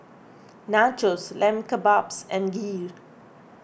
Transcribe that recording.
Nachos Lamb Kebabs and Kheer